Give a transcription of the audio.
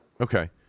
Okay